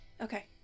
Okay